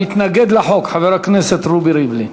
מתנגד לחוק, חבר הכנסת רובי ריבלין.